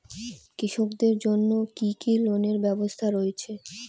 কৃষকদের জন্য কি কি লোনের ব্যবস্থা রয়েছে?